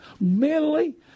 Mentally